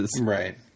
right